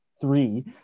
three